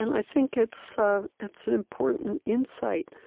and i think it's ah it's an important insight.